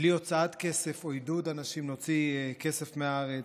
בלי הוצאת כסף או עידוד אנשים להוציא כסף מהארץ,